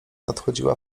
nadchodziła